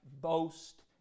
boast